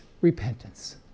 repentance